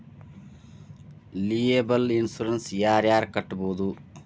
liable insurance ಯಾರ್ ಯಾರ್ ಕಟ್ಬೊದು